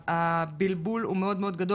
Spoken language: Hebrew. הבלבול הוא גדול מאוד.